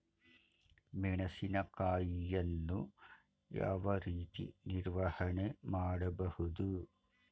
ಮೆಣಸಿನಕಾಯಿಯನ್ನು ಯಾವ ರೀತಿ ನಿರ್ವಹಣೆ ಮಾಡಬಹುದು?